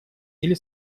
или